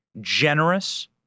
generous